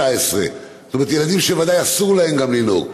19. זאת אומרת ילדים שוודאי גם אסור להם לנהוג.